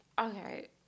okay